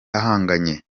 ahanganiye